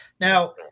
Now